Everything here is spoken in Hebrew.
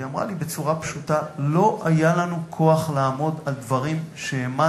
והיא אמרה לי בצורה פשוטה: לא היה לנו כוח לעמוד על דברים שהאמנו